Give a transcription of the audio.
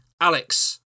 Alex